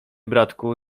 bratku